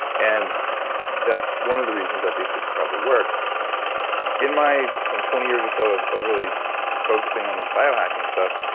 and that's one of the reasons that these things probably work in my twenty years or so of of really focusing on this bio hacking stuff,